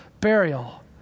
burial